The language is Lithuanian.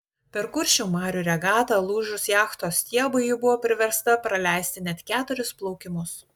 per kuršių marių regatą lūžus jachtos stiebui ji buvo priversta praleisti net keturis plaukimus